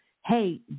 hey